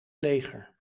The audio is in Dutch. leger